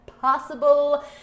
possible